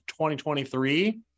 2023